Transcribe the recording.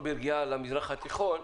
המזרח התיכון,